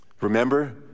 Remember